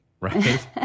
Right